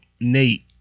Nate